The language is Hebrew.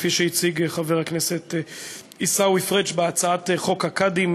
כפי שהציג חבר הכנסת עיסאווי פריג' בהצעת חוק הקאדים,